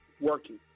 working